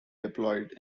deployed